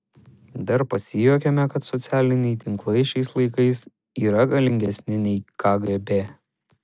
dar pasijuokėme kad socialiniai tinklai šiais laikais yra galingesni nei kgb